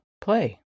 play